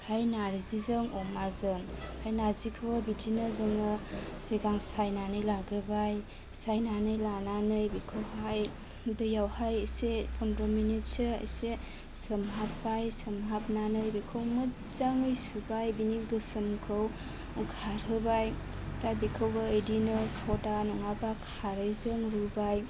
आमफ्राय नार्जिजों अमाजों आमफ्राय नार्जिखौबो बिदिनो जोङो सिगां सायनानै लाग्रोबाय सायनानै लानानै बेखौहाय दैआवहाय एसे पन्द्र' मिनिटसो एसे सोमहाबबाय सोमहाबनानै बेखौ मोजाङै सुबाय बेनि गोसोमखौ खारहोबाय दा बेखौबो इदिनो सदा नङाबा खारैजों रुबाय